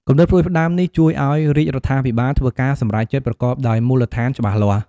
គំនិតផ្តួចផ្តើមនេះជួយឱ្យរាជរដ្ឋាភិបាលធ្វើការសម្រេចចិត្តប្រកបដោយមូលដ្ឋានច្បាស់លាស់។